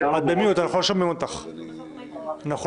אנחנו לא שומעים אותך, את במיוט.